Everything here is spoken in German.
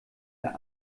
der